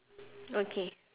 okay